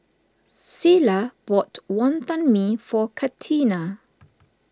Cilla bought Wonton Mee for Catina